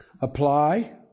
apply